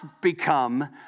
become